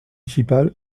municipal